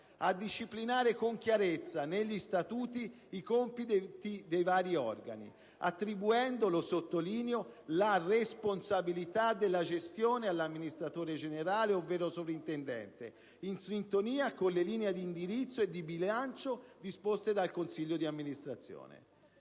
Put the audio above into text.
a disciplinare con chiarezza negli statuti i compiti dei vari organi, attribuendo - lo sottolineo - la responsabilità della gestione all'amministratore generale, ovvero sovrintendente, in sintonia con le linee di indirizzo e di bilancio disposte dal consiglio di amministrazione.